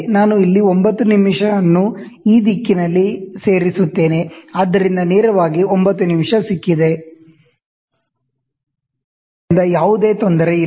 ನಾನು ಇಲ್ಲಿ 9' ಅನ್ನು ಈ ದಿಕ್ಕಿನಲ್ಲಿ ಸೇರಿಸುತ್ತೇನೆ ಆದ್ದರಿಂದ ನೇರವಾಗಿ 9 'ಸಿಕ್ಕಿದೆ ಆದ್ದರಿಂದ ಯಾವುದೇ ತೊಂದರೆ ಇಲ್ಲ